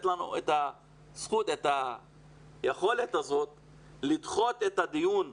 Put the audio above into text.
יש לנו את הזכות ואת היכולת הזאת לקיים את הדיון בעניין,